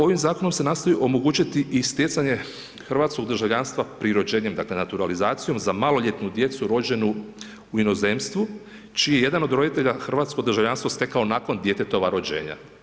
Ovim zakonom se nastoji omogućiti i stjecanje hrvatskog državljanstva prirođenjem, dakle, naturalizacijom za maloljetnu djecu rođenu u inozemstvu, čiji je jedan od roditelja hrvatsko državljanstvo stekao nakon djetetova rođenja.